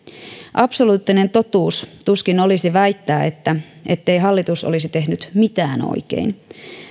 absoluuttinen totuus tuskin olisi väittää ettei hallitus olisi tehnyt mitään oikein